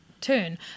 turn